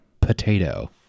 potato